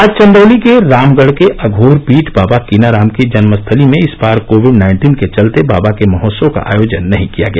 आज चंदौली के रामगढ के अघोर पीठ बाबा कीनाराम की जन्मस्थली में इस बार कोविड नाइन्टीन के चलते बाबा के महोत्सव का आयोजन नहीं किया गया